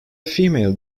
female